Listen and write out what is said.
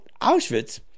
Auschwitz